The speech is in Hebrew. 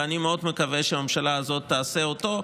ואני מאוד מקווה שהממשלה הזאת תעשה אותו,